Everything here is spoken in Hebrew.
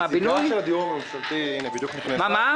הנציגה של הדיור הממשלתי בדיוק נכנסת.